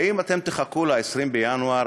האם אתם תחכו ל-20 בינואר,